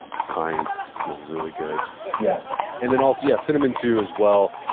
the pine smells really good yeah and then also, yeah, cinnamon, too, as well.